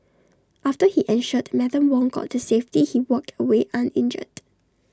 after he ensured Madam Wong got to safety he walked away uninjured